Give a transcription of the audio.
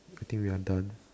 good thing we are done